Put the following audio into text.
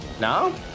No